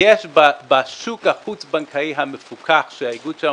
יש בשוק החוץ-בנקאי המפוקח שהאיגוד שלנו